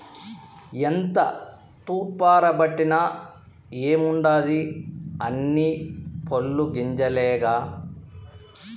ఎంత తూర్పారబట్టిన ఏముండాది అన్నీ పొల్లు గింజలేగా